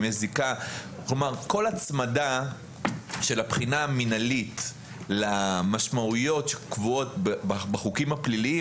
כלומר כל הצמדה של הבחינה המנהלית למשמעויות שקבועות בחוקים הפליליים,